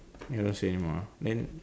ya I don't say anymore then